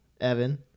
Evan